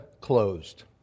closed